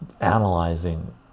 analyzing